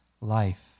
life